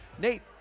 Nate